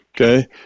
okay